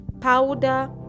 Powder